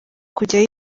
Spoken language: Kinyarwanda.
kujya